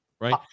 Right